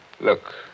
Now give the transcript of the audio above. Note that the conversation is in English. Look